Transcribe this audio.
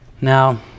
Now